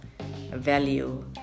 value